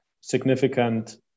significant